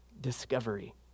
discovery